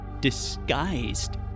disguised